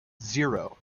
zero